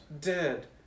dead